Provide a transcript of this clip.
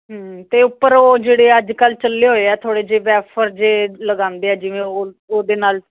ਹੂੰ ਅਤੇ ਉੱਪਰ ਉਹ ਜਿਹੜੇ ਅੱਜ ਕੱਲ੍ਹ ਚੱਲੇ ਹੋਏ ਹੈ ਥੋੜ੍ਹੇ ਜਿਹੇ ਵੈਫਰ ਜਿਹੇ ਲਗਾਉਂਦੇ ਹੈ ਜਿਵੇਂ ਉਹ ਉਹਦੇ ਨਾਲ